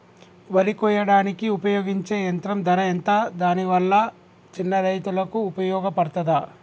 వరి కొయ్యడానికి ఉపయోగించే యంత్రం ధర ఎంత దాని వల్ల చిన్న రైతులకు ఉపయోగపడుతదా?